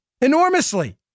enormously